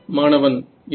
மாணவன் இல்லை